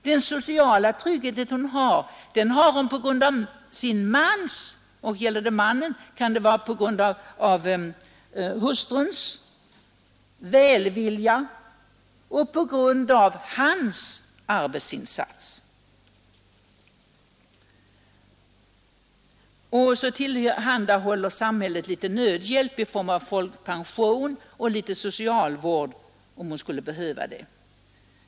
Den sociala trygghet som hon har har hon på grund av sin mans — och gäller det mannen kan det vara på grund av hustruns välvilja och på grund av hans arbetsinsats. Och så tillhandahåller samhället litet nödhjälp i form av folkpension och litet socialvård, om hon skulle behöva det.